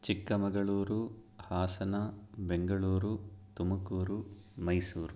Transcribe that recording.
Chikkamagaluru Hassan Bengaluru Tumakuru Mysuru